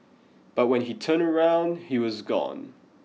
but when he turned around he was gone